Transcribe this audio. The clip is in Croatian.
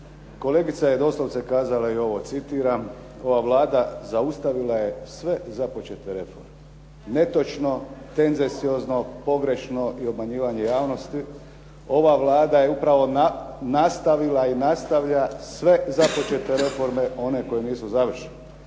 kolegica je doslovce kazala i ovo, citiram: "Ova Vlada zaustavila je sve započete reforme." Netočno, tendenciozno, pogrešno i obmanjivanje javnosti. Ova Vlada je upravo nastavila i nastavlja sve započete reforme one koje nisu završene